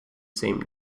same